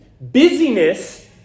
Busyness